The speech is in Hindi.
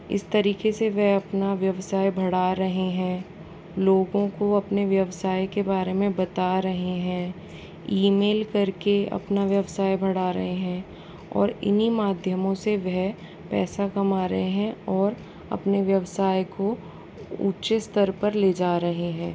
इस तरीके से वह अपना व्यवसाय बढ़ा रहे हैं लोगों को अपने व्यवसाय के बारे में बता रहें हैं ई मेल करके अपना व्यवसाय बढ़ा रहें हैं और इन्हीं माध्यमों से वह पैसा कमा रहे हैं और अपने व्यवसाय को ऊंचे स्तर पर ले जा रहें हैं